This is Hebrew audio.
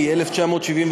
התשע"ה 2015,